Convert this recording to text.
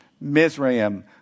Mizraim